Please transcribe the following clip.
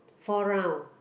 four round